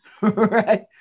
Right